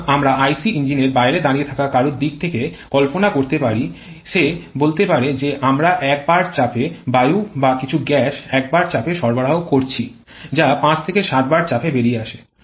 সুতরাং আমরা আইসি ইঞ্জিনের বাইরে দাঁড়িয়ে থাকা কারও দিক থেকে কল্পনা করতে পারি সে বলতে পারে যে আমরা ১ বার চাপে বায়ু বা কিছু গ্যাস ১ বার চাপে সরবরাহ করছি যা ৫ থেকে ৭ বার চাপে বেরিয়ে আসছে